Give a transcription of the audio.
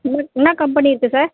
என்ன என்ன கம்பெனி இருக்குது சார்